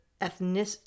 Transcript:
ethnic